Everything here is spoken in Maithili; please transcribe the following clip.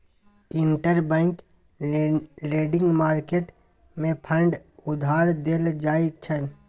इंटरबैंक लेंडिंग मार्केट मे फंड उधार देल जाइ छै